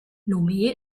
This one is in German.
lomé